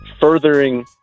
furthering